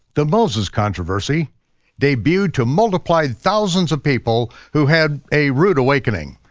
the moses controversy debuted to multiply thousands of people who had a rood awakening.